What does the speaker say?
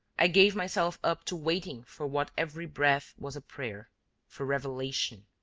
i gave myself up to waiting for what every breath was a prayer for revelation.